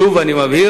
שוב אני מבהיר,